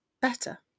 better